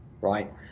right